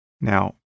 Now